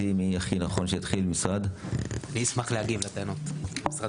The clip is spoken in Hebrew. אני אשמח להגיב לטענות, משרד